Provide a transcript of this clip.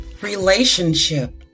Relationship